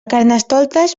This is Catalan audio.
carnestoltes